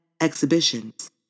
exhibitions